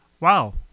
Wow